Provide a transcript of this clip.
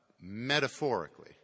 metaphorically